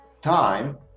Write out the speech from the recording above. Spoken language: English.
time